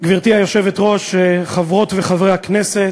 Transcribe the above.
גברתי היושבת-ראש, חברות וחברי הכנסת,